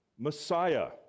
Messiah